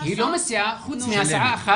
היא לא מסיעה, חוץ מהסעה אחת.